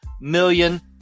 million